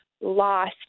lost